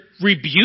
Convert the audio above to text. rebuke